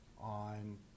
on